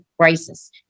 crisis